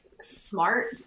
Smart